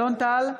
אלון טל,